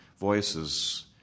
voices